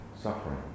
suffering